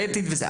האתית וזה,